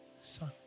son